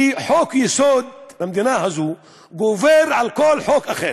שחוק-יסוד במדינה הזאת גובר על כל חוק אחר.